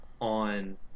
on